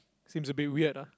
seems a bit weird